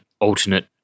alternate